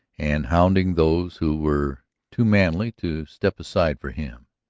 and hounding those who were too manly to step aside for him.